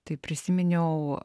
tai prisiminiau